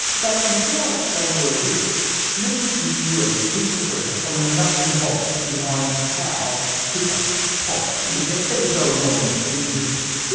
but, before i explain what it is let me give you a quick refresher on the nuts and bolts behind how hiccups pop into their ever-so annoying existence.